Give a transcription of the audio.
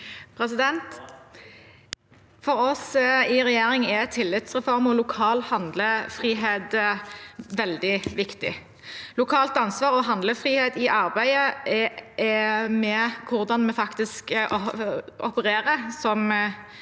For oss i regjering er tillitsreform og lokal handlefrihet veldig viktig. Lokalt ansvar og handlefrihet i arbeidet, hvordan vi faktisk opererer,